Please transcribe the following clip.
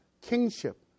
kingship